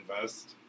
invest